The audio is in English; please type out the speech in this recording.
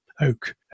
oak